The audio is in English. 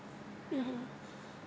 (uh huh)